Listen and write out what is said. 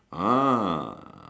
ah